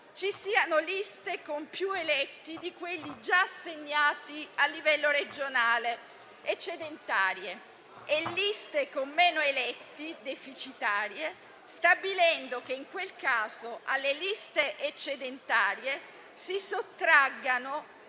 ci siano liste con più eletti di quelli già assegnati a livello regionale (eccedentarie) e liste con meno eletti (deficitarie), stabilendo che in quel caso alle liste eccedentarie si sottraggano